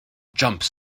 jumps